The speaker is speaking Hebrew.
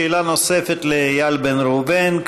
שאלה נוספת לאיל בן ראובן.